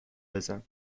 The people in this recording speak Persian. بزن